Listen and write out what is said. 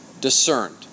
discerned